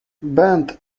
burnt